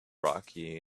rocky